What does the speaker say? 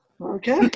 Okay